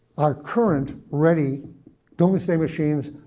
our current ready doomsday machines,